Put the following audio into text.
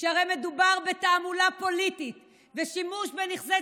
שהרי מדובר בתעמולה פוליטית ושימוש בנכסי